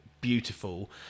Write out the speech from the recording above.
beautiful